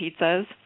pizzas